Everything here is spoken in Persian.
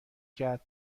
کرد